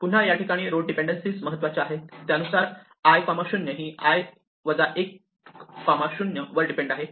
पुन्हा या ठिकाणी रोड डिपेंडेन्सिज महत्त्वाच्या आहेत त्यानुसार i0 ही i 1 0 वर डिपेंड आहे